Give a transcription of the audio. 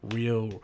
real